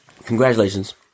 Congratulations